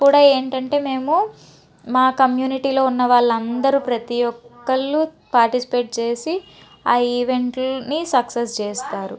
కూడా ఏంటంటే మేము మా కమ్యూనిటీలో ఉన్న వాళ్ళందరూ ప్రతి ఒక్కళ్ళు పాటిస్పేట్ చేసి ఆ ఈవెంట్లని సక్సెస్ చేస్తారు